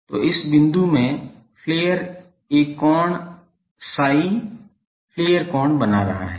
तो इस बिंदु में फ्लेयर एक कोण psi फ्लेयर कोण बना रहा है